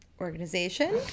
organization